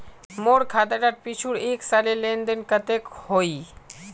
मोर खाता डात पिछुर एक सालेर लेन देन कतेक होइए?